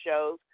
shows